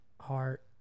heart